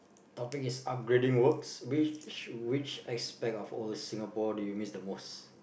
topic is upgrading works which which aspect of our Singapore do you miss the most